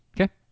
okay